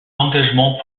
engagements